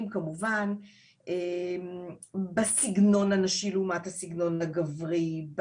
כמובן בסגנון הנשי לעומת הסגנון הגברי,